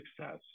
success